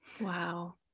wow